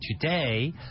today